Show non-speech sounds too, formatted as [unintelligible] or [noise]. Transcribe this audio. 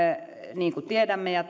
niin kuin tiedämme ja [unintelligible]